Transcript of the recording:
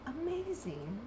amazing